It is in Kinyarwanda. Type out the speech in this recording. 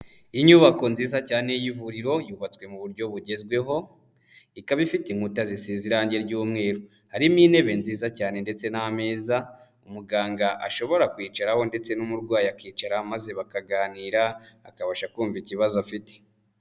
Inyubako nziza cyane y'ivuriro yubatswe mu buryo bugezweho, ikaba ifite inkuta zisize irangira ry'umweru. Harimo intebe nziza cyane ndetse n'ameza muganga ashobora kwicaraho ndetse n'umurwayi akicara maze bakaganira akabasha kumva ikibazo afite.